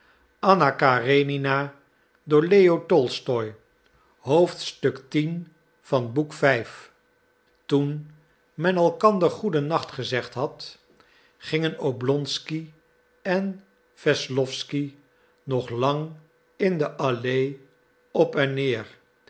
toen men elkander goeden nacht gezegd had gingen oblonsky en wesslowsky nog lang in de allee op en neer